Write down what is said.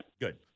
Good